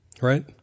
right